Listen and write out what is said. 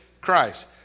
Christ